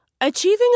achieving